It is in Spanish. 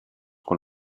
con